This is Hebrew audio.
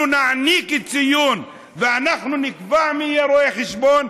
נעניק ציון ואנחנו נקבע מי יהיה רואה חשבון,